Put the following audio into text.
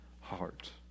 heart